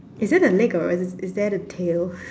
is this a leg or is that the tail